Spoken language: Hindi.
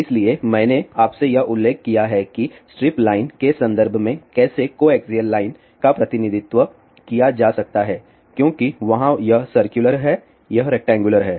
इसलिए मैंने आपसे यह उल्लेख किया है कि स्ट्रिप लाइन के संदर्भ में कैसे कोएक्सिअल लाइन का प्रतिनिधित्व किया जा सकता है क्योंकि वहां यह सर्कुलर है यह रेक्टैंगुलर है